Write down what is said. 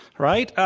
right?